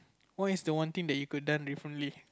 what's the one thing that you could done differently